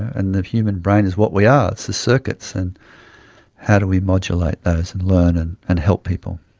and the human brain is what we are, it's the circuits, and how do we modulate those and learn and and help people.